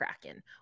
Kraken